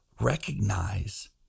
recognize